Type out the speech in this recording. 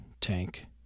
tank